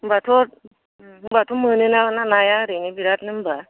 होनबाथ' मोनो ना नाया ओरैनो बिरातनो होनबा